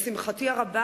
לשמחתי הרבה,